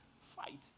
fight